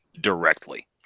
directly